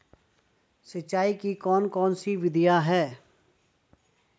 सिंचाई की कौन कौन सी विधियां हैं?